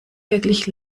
wirklich